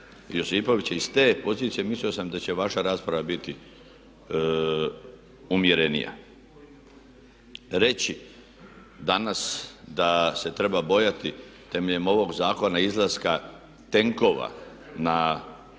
Josipovića i iz te pozicije mislio sam da će vaša rasprava biti umjerenija. Reći danas da se treba bojati temeljem ovoga zakona izlaska tenkova na